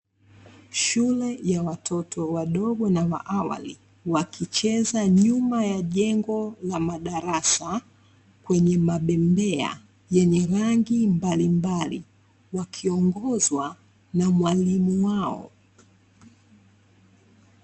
Shule ya watoto wadogo na wa awali, wakicheza nyuma ya jengo la madarasa kwenye mabembea yenye rangi mbalimbali, wakiongozwa na mwalimu wao.